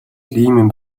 ийм